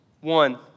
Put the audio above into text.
One